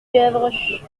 gavroche